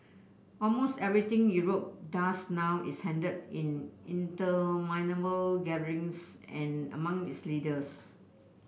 almost anything Europe does now is handled in interminable gatherings and among its leaders